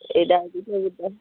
एॾा ॿुधायो था